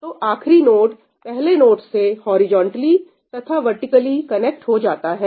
तो आखरी नोड पहले नोड से हॉरिज़ान्टली तथा वर्टिकली कनेक्ट हो जाता है